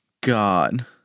God